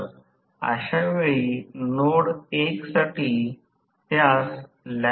या आकृतीकडे पहा या वेगाने आणि स्लिप हे दिशा आहे